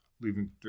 leaving